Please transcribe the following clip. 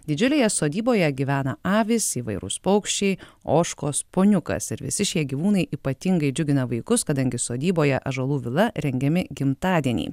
didžiulėje sodyboje gyvena avys įvairūs paukščiai ožkos poniukas ir visi šie gyvūnai ypatingai džiugina vaikus kadangi sodyboje ąžuolų vila rengiami gimtadieniai